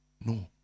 no